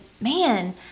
man